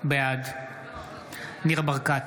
בעד ניר ברקת,